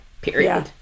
period